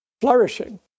flourishing